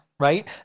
Right